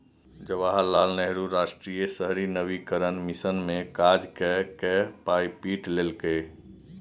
जवाहर लाल नेहरू राष्ट्रीय शहरी नवीकरण मिशन मे काज कए कए पाय पीट लेलकै